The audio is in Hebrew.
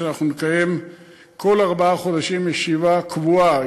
שאנחנו נקיים כל ארבעה חודשים ישיבה קבועה.